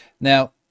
Now